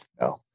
No